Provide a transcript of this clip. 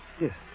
yes